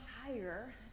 higher